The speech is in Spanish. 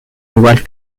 igual